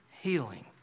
healing